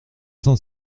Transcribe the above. cent